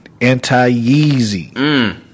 Anti-Yeezy